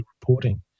reporting